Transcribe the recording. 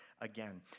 again